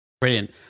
Brilliant